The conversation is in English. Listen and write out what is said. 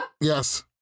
Yes